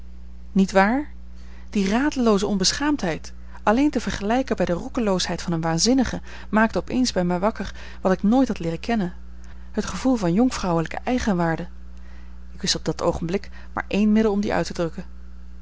niet waar die radelooze onbeschaamdheid alleen te vergelijken bij de roekeloosheid van een waanzinnige maakte op eens bij mij wakker wat ik nooit had leeren kennen het gevoel van jonkvrouwelijke eigenwaarde ik wist op dat oogenblik maar één middel om die uit te drukken